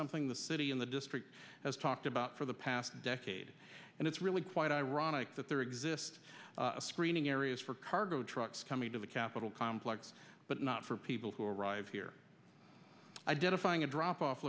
something the city in the district has talked about for the past decade and it's really quite ironic that there exists a screening areas for cargo trucks coming to the capitol complex but not for people who arrive here identifying a drop off